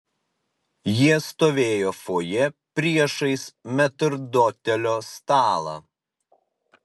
jie stovėjo fojė priešais metrdotelio stalą